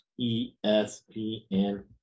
ESPN